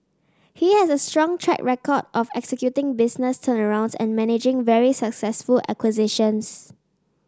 he has a strong track record of executing business turnarounds and managing very successful acquisitions